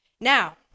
Now